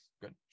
Good